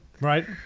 Right